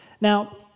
Now